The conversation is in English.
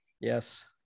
yes